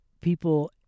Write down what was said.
people